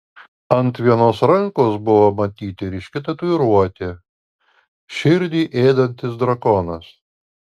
ant vienos rankos buvo matyti ryški tatuiruotė širdį ėdantis drakonas